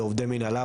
עובדי מנהלה,